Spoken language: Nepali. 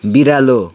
बिरालो